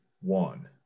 one